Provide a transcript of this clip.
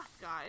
guys